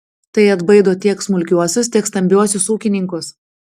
tai atbaido tiek smulkiuosius tiek stambiuosius ūkininkus